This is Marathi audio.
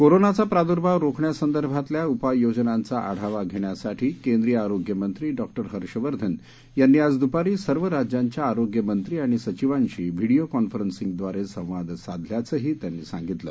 कोरोनाचा प्राद्भाव रोखण्यासंदर्भातल्या उपाययोजनांचा आढावा घेण्यासाठी केंद्रीय आरोग्यमंत्री डॉक्टर हर्षवर्धन यांनी आज द्पारी सर्व राज्यांच्या आरोग्यमंत्री आणि सचिवांशी व्हीडीओ कॉन्फरन्सिंगद्वारे संवाद साधल्याचंही त्यांनी सांगितलं